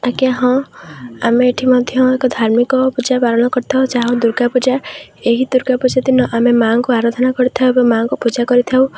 ଆଜ୍ଞା ହଁ ଆମେ ଏଠି ମଧ୍ୟ ଏକ ଧାର୍ମିକ ପୂଜା ପାଳନ କରିଥାଉ ଯାହା ଦୁର୍ଗା ପୂଜା ଏହି ଦୂର୍ଗା ପୂଜା ଦିନ ଆମେ ମାଁ'ଙ୍କୁ ଆରାଧନା କରିଥାଉ ଏବଂ ମାଁ'ଙ୍କୁ ପୂଜା କରିଥାଉ